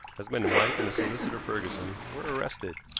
husband and wife and the solicitor ferguson were arrested.